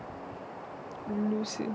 லூசு:loosu